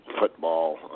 Football